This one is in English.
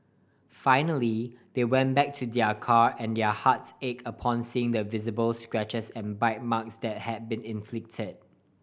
finally they went back to their car and their hearts ache upon seeing the visible scratches and bite marks that had been inflicted